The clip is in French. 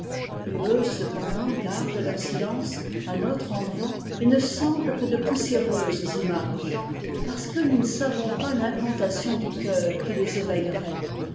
et eux cependant gardent leur silence à notre endroit et ne semblent que de poussiéreuses images parce que nous ne savons pas l'incantation du cœur qui les éveillerait